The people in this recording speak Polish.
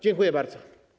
Dziękuję bardzo.